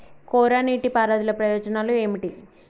కోరా నీటి పారుదల ప్రయోజనాలు ఏమిటి?